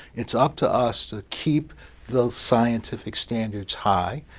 it's up to us to keep those scientific standards high.